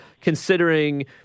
considering